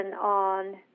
on